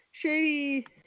shady